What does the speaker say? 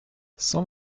cent